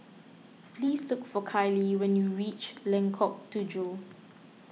please look for Kylie when you reach Lengkok Tujoh